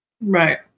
Right